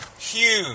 huge